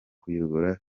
kuyobora